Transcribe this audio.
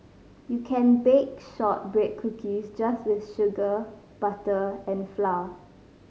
you can bake shortbread cookies just with sugar butter and flour